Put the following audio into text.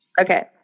Okay